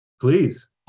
Please